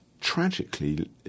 tragically